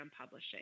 publishing